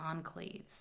enclaves